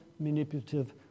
manipulative